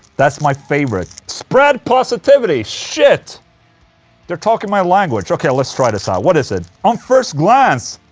that's my favorite. spread positivity, shit they're talking my language. okay, let's try this out, what is it? on first glance,